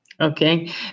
okay